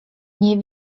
nie